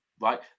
right